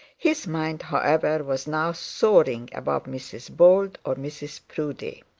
his mind, however, was now soaring above mrs bold or mrs proudie.